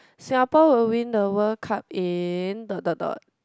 Singapore will win the World Cup in dot dot dot